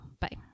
bye